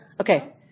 Okay